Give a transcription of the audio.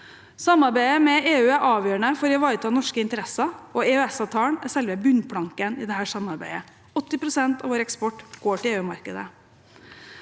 Samarbeidet med EU er avgjørende for å ivareta norske interesser, og EØS-avtalen er selve bunnplanken i dette samarbeidet. 80 pst. av vår eksport går til EU-markedet.